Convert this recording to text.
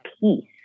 peace